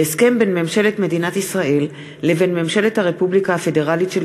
הסכם בין ממשלת מדינת ישראל לבין ממשלת הרפובליקה הפדרלית של